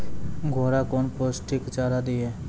घोड़ा कौन पोस्टिक चारा दिए?